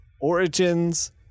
origins